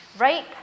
Rape